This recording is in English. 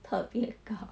特别高